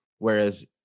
Whereas